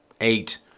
eight